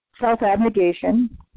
Self-abnegation